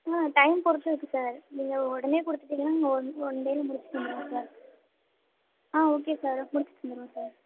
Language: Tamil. ஆ டைம் பொறுத்து இருக்குது சார் நீங்கள் உடனே கொடுத்துட்டிங்கனா நீங்கள் ஒன் ஒன் டேயில் முடித்து தந்துடுவோம் சார் ஆ ஓகே சார் முடித்து தந்துடுவோம் சார்